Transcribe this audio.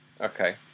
Okay